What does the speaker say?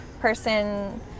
person